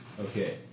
Okay